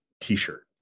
t-shirt